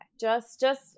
Just—just